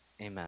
Amen